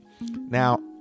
now